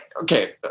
okay